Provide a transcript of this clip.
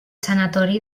sanatori